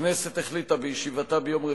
הכנסת החליטה בישיבתה ביום רביעי,